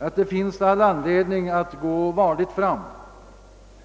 att det finns all anledning att gå varligt fram.